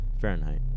Fahrenheit